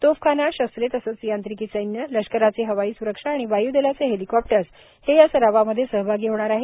तोफखाना शस्त्रे तसंच यांत्रिकी सैन्य लष्कराचे हवाई स्रक्षा आणि वाय् दलाचे हेलीकाप्टर्स हे या सरावामध्ये सहभागी होणार आहेत